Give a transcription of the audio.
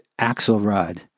Axelrod